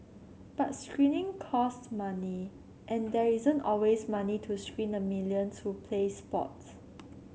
but screening cost money and there isn't always money to screen the millions who play sports